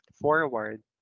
forward